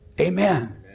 Amen